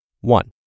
One